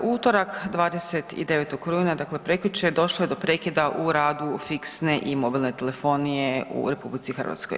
U utorak 29. rujna, dakle prekjučer došlo je do prekida u radu fiksne i mobilne telefonije u RH.